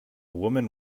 woman